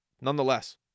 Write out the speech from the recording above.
Nonetheless